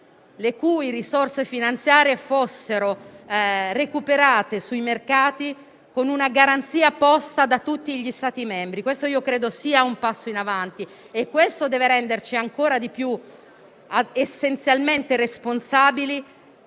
le cui risorse finanziarie fossero recuperate sui mercati con una garanzia posta da tutti gli Stati membri. Io credo che questo sia un passo in avanti e questo deve renderci ancor più responsabili